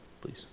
please